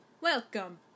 Welcome